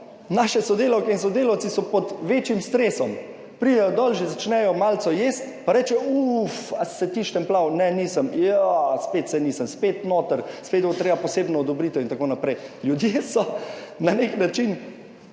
Naše sodelavke in sodelavci so pod večjim stresom. Pridejo dol, že začnejo malico jesti, pa rečejo, u, a se ti štempljal, ne, nisem, ja, spet se nisem, spet noter, spet bo treba posebno odobritev itn. Ljudje so na nek način,